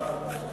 ההצעה